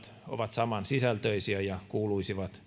ovat samansisältöisiä ja kuuluisivat